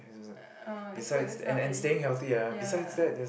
uh is a is not really ya lah